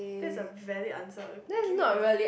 that's a valid answer give me the